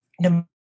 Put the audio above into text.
no